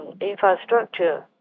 infrastructure